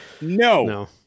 no